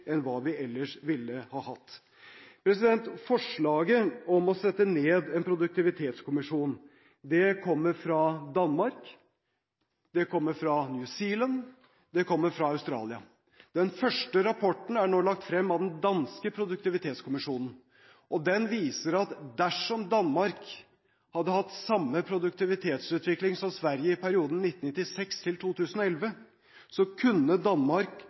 enn hva vi ellers ville hatt. Forslaget om å sette ned en produktivitetskommisjon kommer fra Danmark, fra New Zealand og fra Australia. Den første rapporten fra den danske produktivitetskommisjonen er nå lagt frem. Den viser at dersom Danmark hadde hatt samme produktivitetsutvikling som Sverige i perioden 1996–2011, kunne Danmark ha bevilget seg gratis kollektivtransport, ansatt dobbelt så